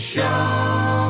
Show